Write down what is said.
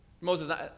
Moses